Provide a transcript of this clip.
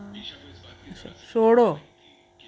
छोड़ो